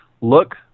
Look